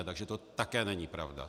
Takže to také není pravda.